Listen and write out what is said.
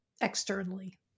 externally